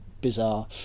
bizarre